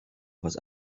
was